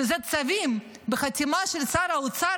שזה צווים בחתימה של שר האוצר,